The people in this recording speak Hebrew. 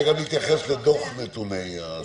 להתייחס לדוח נתוני האשראי.